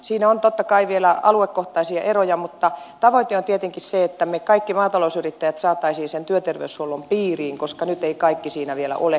siinä on totta kai vielä aluekohtaisia eroja mutta tavoite on tietenkin se että me kaikki maatalousyrittäjät saisimme sen työterveyshuollon piiriin koska nyt eivät kaikki siinä vielä ole